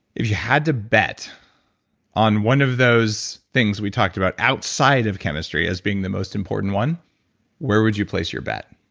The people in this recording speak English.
if you had to bet on one of those things we talked about outside of chemistry as being the most important one where would you place your bet?